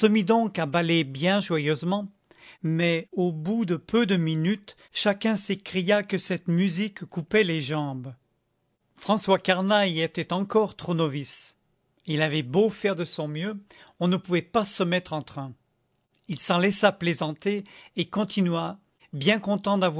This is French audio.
baller bien joyeusement mais au bout de peu de minutes chacun s'écria que cette musique coupait les jambes françois carnat y était encore trop novice et il avait beau faire de son mieux on ne pouvait pas se mettre en train il s'en laissa plaisanter et continua bien content